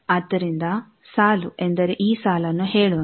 ಆದ್ದರಿಂದ ಸಾಲು ಎಂದರೆ ಈ ಸಾಲನ್ನು ಹೇಳೋಣ